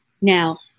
Now